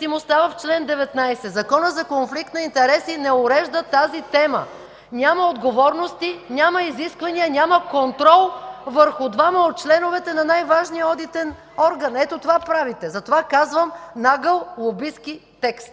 и установяване на конфликт на интереси не урежда тази тема. Няма отговорности, няма изисквания, няма контрол върху двама от членовете на най-важния одитен орган. Ето, това правите! Затова казвам – нагъл лобистки текст!